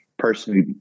Personally